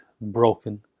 broken